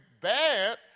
bad